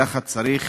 ככה צריך